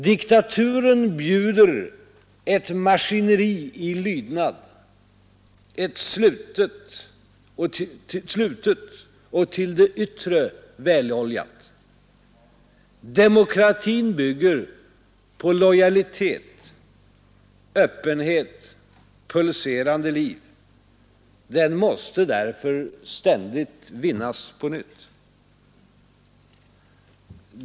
Diktaturen bjuder ett maskineri i lydnad, slutet och till det yttre väloljat. Demokratin bygger på lojalitet, öppenhet, pulserande liv. Den måste därför ständigt vinnas på nytt.